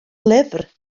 lyfr